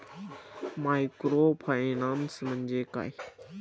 Microfinance म्हणजे काय?